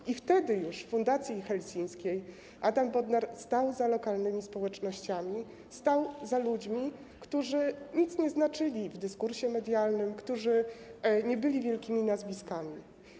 I już wtedy, w Fundacji Helsińskiej, Adam Bodnar stał za lokalnymi społecznościami, stał za ludźmi, którzy nic nie znaczyli w dyskursie medialnym, którzy nie byli wielkimi nazwiskami.